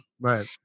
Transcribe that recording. Right